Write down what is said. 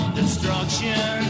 destruction